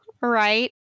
Right